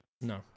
No